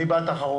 אני בעד תחרות.